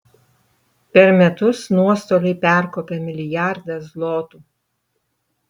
per metus nuostoliai perkopia milijardą zlotų